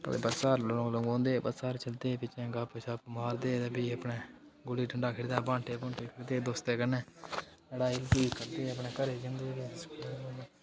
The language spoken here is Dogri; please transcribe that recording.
ओह् बस्सै पर ल लंगोदे हे बस्सै र चढदे हे बिच्चें गपशप मारदे हे ते भी अपने गुल्ली डंडा खेढदे बांटे बूंटे खेढदे दोस्तें कन्नै लड़ाई शड़ूई करदे हे अपनै घरै ई जंदे हे ते